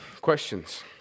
questions